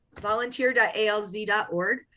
volunteer.alz.org